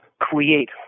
create